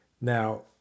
Now